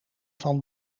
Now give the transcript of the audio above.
van